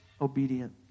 obedient